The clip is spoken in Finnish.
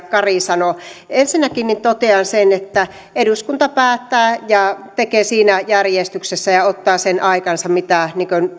kari sanoi ensinnäkin totean sen että eduskunta päättää ja tekee siinä järjestyksessä ja ottaa sen aikansa mitä